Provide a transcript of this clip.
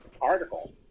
article